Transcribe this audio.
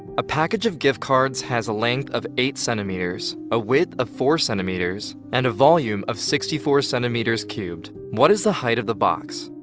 a package of gift cards has a length of eight centimeters a width of four centimeters and a volume of sixty four centimeters cubed. what is the height of the box?